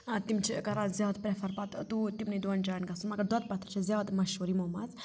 تِم چھِ کَران زیادٕ پرٛٮ۪فَر پَتہٕ دوٗر تِمنٕے دۄن جایَن گَژھُن مگر دۄد پَتھَر چھِ زیادٕ مَشہوٗر یِمو منٛز